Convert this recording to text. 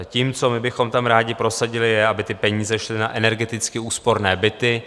Tím, co my bychom tam rádi prosadili, je, aby ty peníze šly na energeticky úsporné byty.